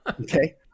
Okay